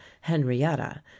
henrietta